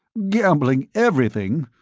gambling everything!